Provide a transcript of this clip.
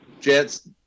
Jets